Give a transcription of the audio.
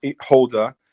holder